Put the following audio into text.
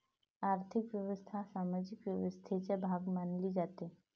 आर्थिक व्यवस्था सामाजिक व्यवस्थेचा भाग मानली जाते